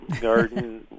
garden